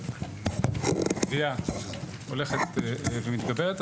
הגבייה הולכת ומתגברת.